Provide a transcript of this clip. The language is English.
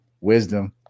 wisdom